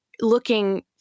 looking